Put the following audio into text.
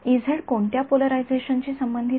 कोणत्या पोलरायझेशनशी संबंधित आहे